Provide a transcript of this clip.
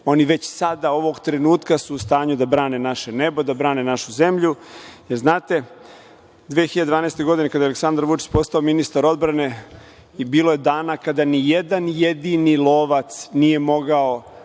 Oni već sada, ovog trenutka su u stanju da brane naše nebo, da brane našu zemlju. Znate, 2012. godine kada je Aleksandar Vučić postao ministar odbrane i bilo je dana kada ni jedan jedini „Lovac“ nije mogao